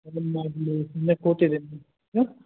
ಏನು ಮಾಡಲಿ ಸುಮ್ಮನೆ ಕೂತಿದ್ದೀನಿ ಹ್ಞೂ